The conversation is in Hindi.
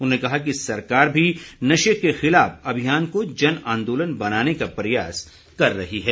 उन्होंने कहा कि सरकार भी नशे के खिलाफ अभियान को जन आंदोलन बनाने का प्रयास कर रही है